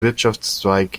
wirtschaftszweig